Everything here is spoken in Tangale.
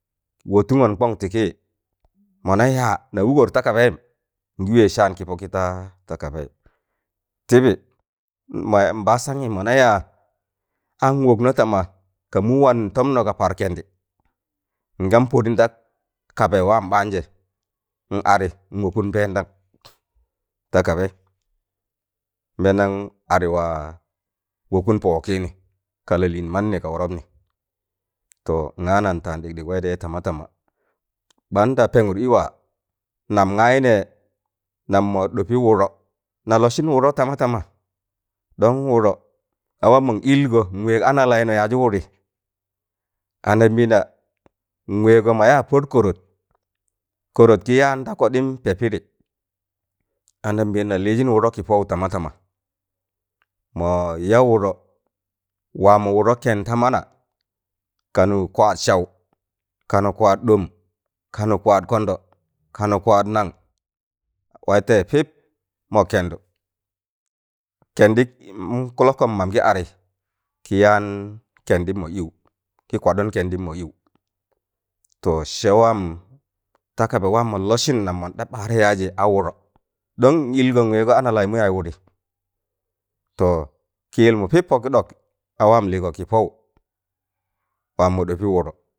Wotụngọn kọn tị kịị mọna yaa na wụgọr ta takabaịm ngị wẹịz san kị pọkị ta takabaị tịbị nbasamị mọna yaa an wọknọ tama ka mụ wan tọmnọ ka par kẹndị ngan pọdịn takabai waam ɓaanjẹ n ade nwọkụn mbẹẹdam ta kabẹị nbẹẹmdan adi waa wọkụn pọ wọkịịnị ka lalịịn mannị ka wọrọpnị to ngaa nan taan ɗịgdịg wẹịtẹị tama tama. Ɓaan da pẹngụr ịwaa nam gaayị nẹẹ nam mọ ɗọpị wụdọ na lọsịn wụdọ tama tama don wụdọ a waamọ mọn ịlgọ nwẹẹg ana laịnọ yaajị wụdị anambịịna nwẹẹgọ mọ yaa pọd kọrọt, kọrọt gị yaan da kọɗịm pẹpịdị anambịịna lịịzịn wụdọ kị pọwụ tama tama, mọọ ya wụdọ waamọ wụdụ kẹnd ta mana kanụ kwaad saụ kanụ kwaad ɗom, kanụ kwaad kọndọ kanụ kwaad nan waị tẹịzẹ pịp mọ kẹndụ kẹndị kụlọkọm mam gị adị kị yaan kẹndịm mọ iụụ ki kwaɗụn kẹndịm mọ ịwọ to sẹ waam ta kaba waan mọn lọsịn nam mọn ɗa barẹ yaajị a wụdọ don n ịlgọ n wẹẹgọ ana laịmụ yaaz wụdị to kị yịlmụ pip pọkịɗọk a waam lịịgọ kịpọwụ waam mọ ɗọbị wụdọ